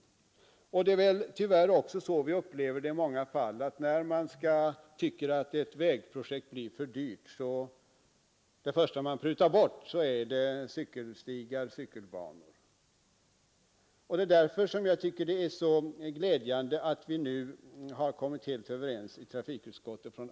Tyvärr är det väl så vi i många fall upplever situationen, att när man anser att ett vägprojekt blir för dyrt är cykelstigar och cykelbanor det första som man prutar bort. Därför tycker jag att det är mycket glädjande att alla partier här har varit överens i trafikutskottet.